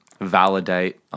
validate